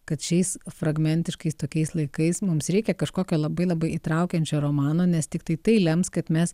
kad šiais fragmentiškais tokiais laikais mums reikia kažkokio labai labai įtraukiančio romano nes tiktai tai lems kad mes